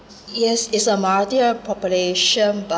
yes it's a mahathir population but